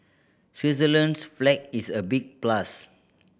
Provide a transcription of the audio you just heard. Switzerland's flag is a big plus